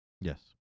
Yes